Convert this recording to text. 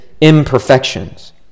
imperfections